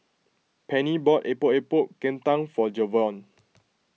Penni bought Epok Epok Kentang for Javion